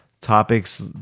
topics